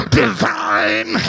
divine